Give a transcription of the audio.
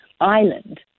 island